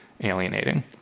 alienating